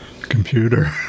computer